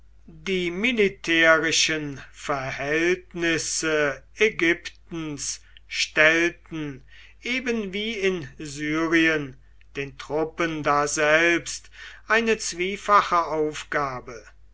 die militärischen verhältnisse ägyptens stellten eben wie in syrien den truppen daselbst eine zwiefache aufgabe